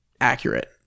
accurate